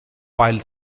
while